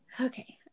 Okay